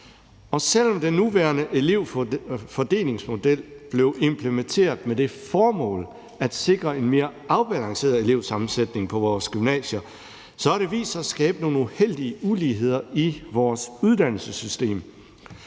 Selv om den nuværende elevfordelingsmodel blev implementeret med det formål at sikre en mere afbalanceret elevsammensætning på vores gymnasier, har det vist sig at skabe nogle heldige uligheder i vores uddannelsessystem.